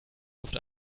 luft